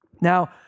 Now